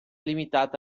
limitata